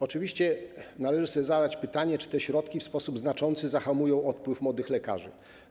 Oczywiście należy zadać sobie pytanie, czy te środki w sposób znaczący zahamują odpływ młodych lekarzy.